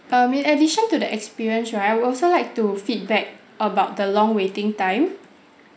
um in addition to the experience right I would also like to feedback about the long waiting time